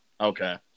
Okay